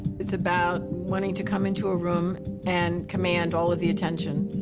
it's about wanting to come into a room and command all of the attention.